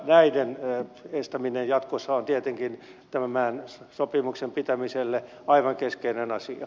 näiden estäminen jatkossa on tietenkin tämän sopimuksen pitämiselle aivan keskeinen asia